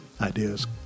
ideas